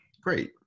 great